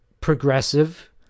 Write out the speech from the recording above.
progressive